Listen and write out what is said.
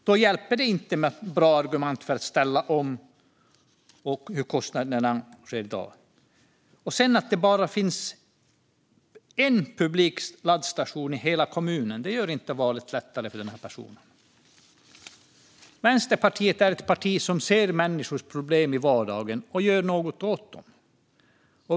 Då hjälper det inte med bra argument om att ställa om och om kostnaderna i dag. Att det bara finns en publik laddstation i hela kommunen gör inte valet lättare för den här personen. Vänsterpartiet är ett parti som ser människors problem i vardagen och gör något åt dem.